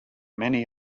many